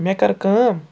مےٚ کٔر کٲم